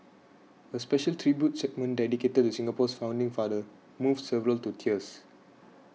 a special tribute segment dedicated to Singapore's founding father moved several to tears